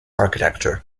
architecture